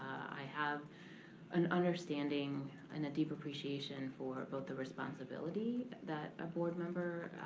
i have an understanding and a deep appreciation for both the responsibility that a board member,